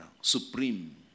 supreme